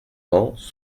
ans